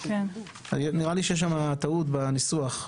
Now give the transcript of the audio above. נראה לי שיש שם טעות בניסוח.